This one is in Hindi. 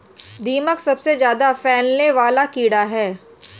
दीमक सबसे ज्यादा फैलने वाला कीड़ा है